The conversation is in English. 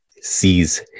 sees